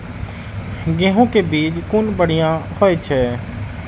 गैहू कै बीज कुन बढ़िया होय छै?